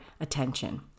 attention